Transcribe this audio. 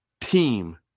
team